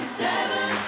seven